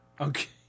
Okay